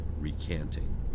recanting